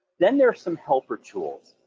then there are some helper tools,